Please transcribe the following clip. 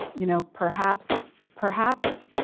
you know perhaps, perhaps,